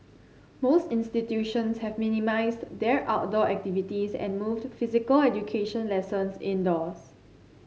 most institutions have minimised their outdoor activities and moved physical education lessons indoors